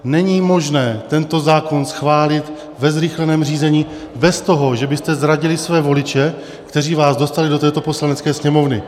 Není možné tento zákon schválit ve zrychleném řízení bez toho, že byste zradili své voliče, kteří vás dostali do této Poslanecké sněmovny.